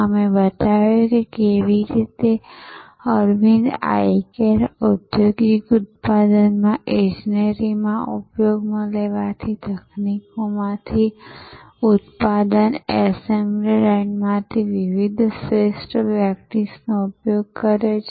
અમે બતાવ્યું કે કેવી રીતે અરવિંદ આઇ કેરે ઔદ્યોગિક ઉત્પાદનમાં ઈજનેરીમાં ઉપયોગમાં લેવાતી તકનીકોમાંથી ઉત્પાદન એસેમ્બલી લાઇનમાંથી વિવિધ શ્રેષ્ઠ પ્રેક્ટિસનો ઉપયોગ કર્યો છે